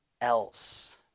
else